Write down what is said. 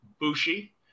Bushi